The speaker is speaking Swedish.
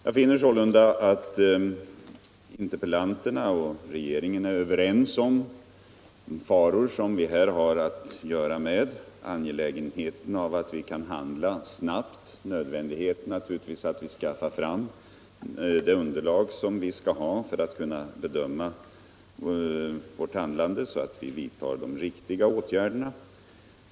Jag finner sålunda att interpellanten och regeringen beträffande de faror som vi här har att göra med är överens om angelägenheten av att handla snabbt och om nödvändigheten av att skaffa fram det underlag som behövs för att vi skall kunna vidta de riktiga åtgärderna.